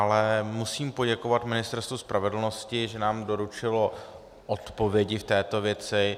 Ale musím poděkovat Ministerstvu spravedlnosti, že nám doručilo odpovědi v této věci.